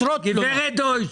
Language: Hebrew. גברת דויטש,